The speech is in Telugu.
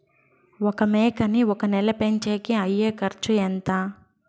ఒక మేకని ఒక నెల పెంచేకి అయ్యే ఖర్చు ఎంత?